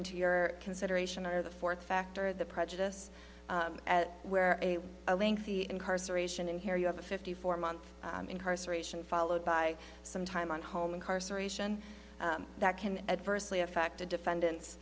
into your consideration or the fourth factor the prejudice as where a lengthy incarceration and here you have a fifty four month incarceration followed by some time on home incarceration that can adversely affect a defendant's